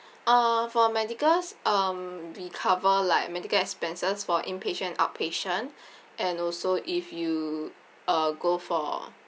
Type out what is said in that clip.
uh for medicals um we cover like medical expenses for inpatient outpatient and also if you uh go for